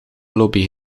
lobby